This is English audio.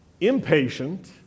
impatient